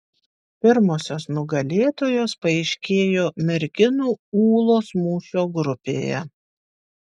pirmosios nugalėtojos paaiškėjo merginų ūlos mūšio grupėje